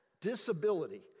disability